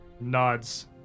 nods